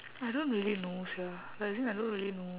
I don't really know sia as in I don't really know